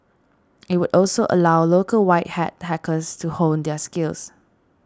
it would also allow local white hat hackers to hone their skills